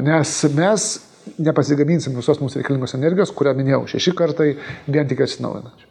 nes mes nepasigaminsim visos mums reikalingos energijos kurią minėjau šeši kartai vien tik atsinaujinančių